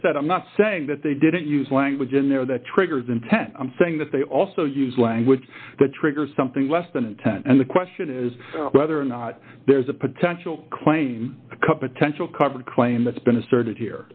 said i'm not saying that they didn't use language in there that triggers intent i'm saying that they also use language that triggers something less than ten and the question is whether or not there's a potential claim cup attentional covered claim that's been asserted here